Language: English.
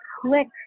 click